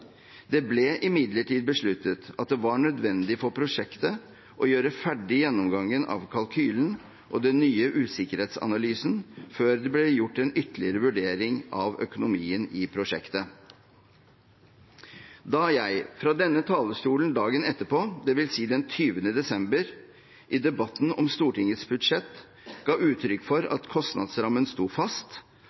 Det ble imidlertid besluttet at det var nødvendig for prosjektet å gjøre ferdig gjennomgangen av kalkylen og den nye usikkerhetsanalysen før det ble gjort en ytterligere vurdering av økonomien i prosjektet. Da jeg fra denne talerstolen dagen etterpå, det vil si den 20. desember, i debatten om Stortingets budsjett ga uttrykk for at kostnadsrammen sto fast,